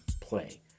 play